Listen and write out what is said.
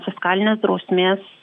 fiskalinės drausmės